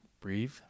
Breathe